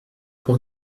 pour